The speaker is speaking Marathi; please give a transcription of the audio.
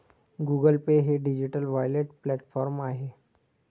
गुगल पे हे डिजिटल वॉलेट प्लॅटफॉर्म आहे